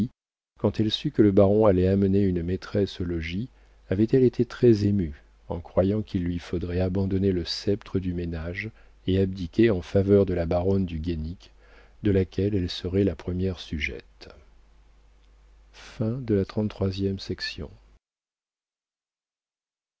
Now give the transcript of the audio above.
quand elle sut que le baron allait amener une maîtresse au logis avait-elle été très émue en croyant qu'il lui faudrait abandonner le sceptre du ménage et abdiquer en faveur de la baronne du guénic de laquelle elle serait la première sujette